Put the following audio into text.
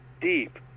deep